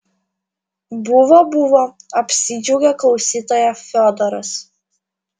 buvo buvo apsidžiaugė klausytoja fiodoras